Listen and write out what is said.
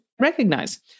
recognize